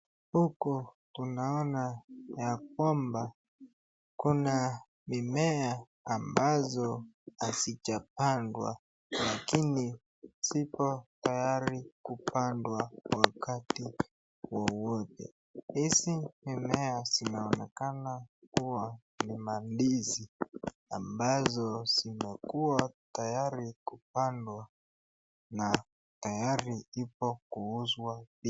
Huku tunaona ya kwamba kuna mimea ambazo hazijapandwa lakini ziko tayari kupandwa wakati wowote. Hizi mimea zinaonekana kuwa ni mandizi ambazo zimekuwa tayari kupandwa na tayari ipo kuuzwa...